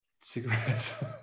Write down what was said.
cigarettes